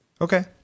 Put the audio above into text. Okay